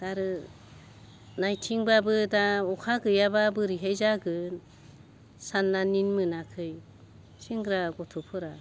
आरो नायथिंबाबो दा अखा गैयाबा बोरैहाय जागोन साननानै मोनाखै सेंग्रा गथ'फोरा